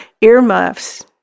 earmuffs